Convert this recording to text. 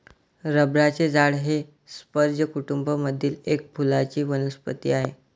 रबराचे झाड हे स्पर्ज कुटूंब मधील एक फुलांची वनस्पती आहे